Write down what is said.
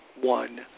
one